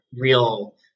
real